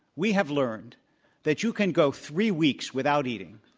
we have learned that you can go three weeks without eating.